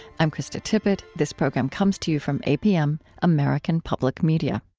i'm krista tippett. this program comes to you from apm, american public media